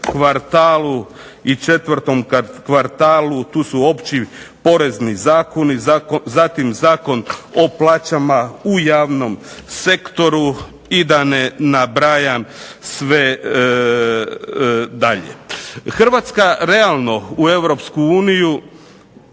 kvartalu i četvrtom kvartalu tu su opći porezni zakoni, zatim Zakon o plaćama u javnom sektoru i da ne nabrajam sve dalje. Hrvatska realno u